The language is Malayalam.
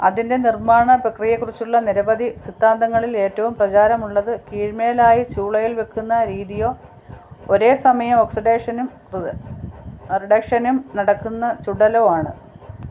അതിന്റെ നിർമ്മാണ പ്രക്രിയയെക്കുറിച്ചുള്ള നിരവധി സിദ്ധാന്തങ്ങളിൽ ഏറ്റവും പ്രചാരമുള്ളത് കീഴ്മേലായി ചൂളയിൽ വയ്ക്കുന്ന രീതിയോ ഒരേസമയം ഓക്സിഡേഷനും ർ റിഡക്ഷനും നടക്കുന്ന ചുടലോ ആണ്